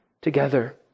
together